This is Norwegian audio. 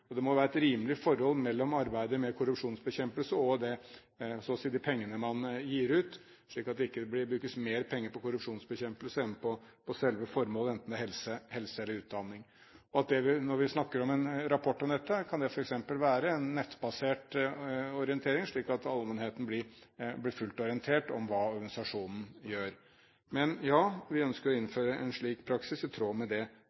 Det må være et rimelig forhold mellom arbeidet med korrupsjonsbekjempelse og de pengene man gir ut, slik at det ikke brukes mer penger på korrupsjonsbekjempelse enn på selve formålet, enten det er helse eller utdanning. Når vi snakker om en rapport om dette, kan det f.eks. være en nettbasert orientering, slik at allmennheten blir fullt orientert om hva organisasjonen gjør. Men ja, vi ønsker å innføre en slik praksis i tråd med det Høyre har foreslått. Så er det også viktig å si at når organisasjonene offentliggjør materiale om dette, er det